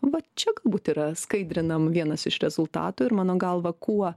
va čia galbūt yra skaidrinam vienas iš rezultatų ir mano galva kuo